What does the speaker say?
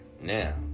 Now